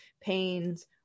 pains